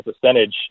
percentage